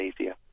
easier